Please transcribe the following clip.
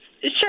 Sure